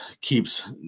keeps